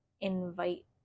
invite